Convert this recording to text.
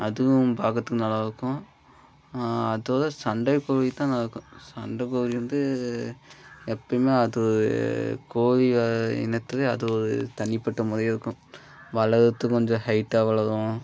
அதுவும் பார்க்கறத்துக்கு நல்லாயிருக்கும் அதோடு சண்டக்கோழி தான் நல்லாயிருக்கும் சண்டக்கோழி வந்து எப்போயுமே அது கோழி இனத்துலேயே அது ஒரு தனிப்பட்ட மாதிரி இருக்கும் வளர்றத்து கொஞ்சம் ஹைட்டாக வளரும்